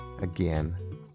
Again